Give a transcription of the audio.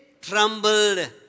trembled